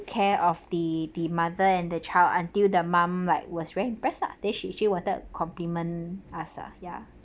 care of the the mother and the child until the mum like was very impressed lah then she actually wanted compliment us ah ya